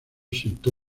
sentó